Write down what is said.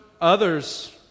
others